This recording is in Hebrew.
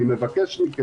אני מבקש מכם.